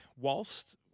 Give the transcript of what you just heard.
whilst –